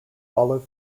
olive